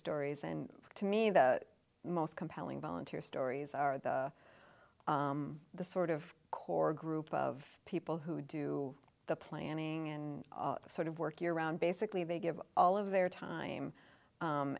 stories and to me the most compelling volunteer stories are the sort of core group of people who do the planning and sort of work year round basically they give all of their time